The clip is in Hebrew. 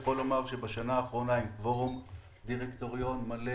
יכול לומר שבשנה האחרונה יש קוורום דירקטוריון מלא